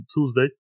Tuesday